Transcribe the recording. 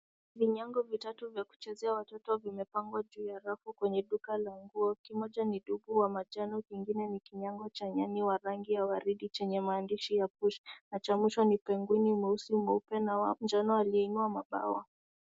Vinyago vitatu vya kuchezea watoto vimepangwa juu ya rafu kwenye duka la nguo. Kimoja ni dubu wa manjano, kingine ni kinyago cha nyani wa rangi ya waridi chenye maandizi ya push na cha mwisho ni pengwini mweusi, mweupe na wa njano aliyeinua mabawa.